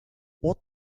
what